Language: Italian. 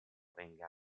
venga